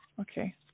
okay